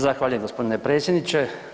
Zahvaljujem gospodine predsjedniče.